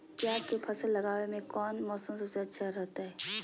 प्याज के फसल लगावे में कौन मौसम सबसे अच्छा रहतय?